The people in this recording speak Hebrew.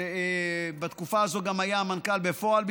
שבתקופה הזאת היה גם המנכ"ל בפועל,